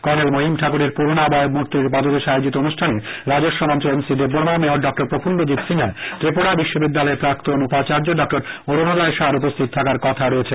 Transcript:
colonel Mahim ঠাকুরের পুর্নাবয়ব মূর্তির পাদদেশে আয়োজিত অনুষ্ঠানে রাজস্ব মন্ত্রী এনসি দেববর্মা মেয়র ড প্রফুল্লজিৎ সিনহা ত্রিপুরা বিশ্ববিদ্যালয়ের প্রাক্তন উপাচার্য্য ড অরুনোদয় সাহার উপস্থিত থাকার কথা রয়েছে